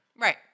Right